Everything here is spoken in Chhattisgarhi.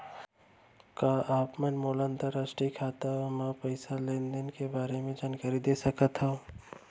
का आप मन मोला अंतरराष्ट्रीय खाता म पइसा लेन देन के बारे म जानकारी दे सकथव?